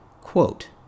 Quote